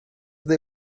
they